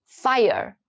fire